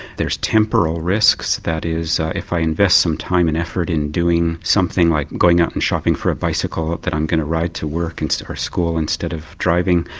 there's temporal risks, that is if i invest some time and effort in doing something like going out and shopping for a bicycle that i'm going to ride to work and or school instead of driving.